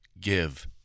Give